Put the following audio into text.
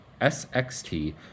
SXT